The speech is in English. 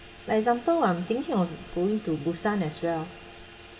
like example I'm thinking of going to busan as well